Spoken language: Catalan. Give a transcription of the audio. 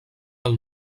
del